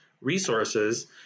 resources